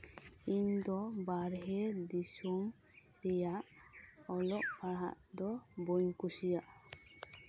ᱤᱧ ᱫᱚ ᱵᱟᱦᱨᱮ ᱫᱤᱥᱚᱢ ᱨᱮᱭᱟᱜ ᱫᱚ ᱚᱞᱚᱜ ᱯᱟᱲᱦᱟᱜ ᱵᱟᱹᱧ ᱠᱩᱥᱤᱭᱟᱜᱼ ᱟ